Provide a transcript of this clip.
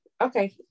Okay